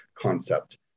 concept